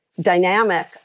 dynamic